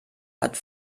hat